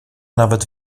nawet